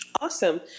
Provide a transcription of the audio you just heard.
Awesome